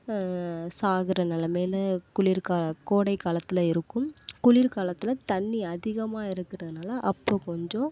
சாகிற நிலமையில குளிர் கா கோடை காலத்தில் இருக்கும் குளிர் காலத்தில் தண்ணி அதிகமாக இருக்கிறதுனால அப்போ கொஞ்சம்